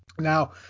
Now